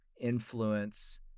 influence